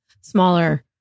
smaller